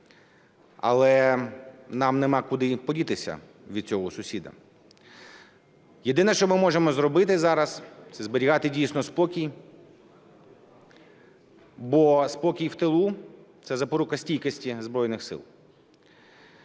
Але нам нема куди подітися від цього сусіда. Єдине що ми можемо зробити зараз – це зберігати дійсно спокій. Бо спокій в тилу – це запорука стійкості Збройних Сил.